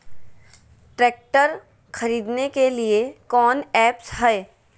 Tractor खरीदने के लिए कौन ऐप्स हाय?